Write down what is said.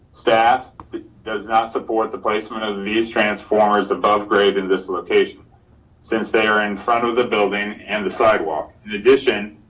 staff does not support the placement of these transformers above grade in this location since they are in front of the building and the sidewalk. in addition,